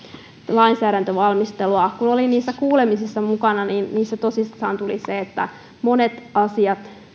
lainsäädäntövalmistelua kun olin niissä kuulemisissa mukana niin niissä tosissaan tuli esille se että jos monet muutkin asiat